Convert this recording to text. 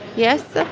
yes.